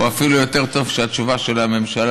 או אפילו יותר טוב שהתשובה של הממשלה